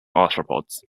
arthropods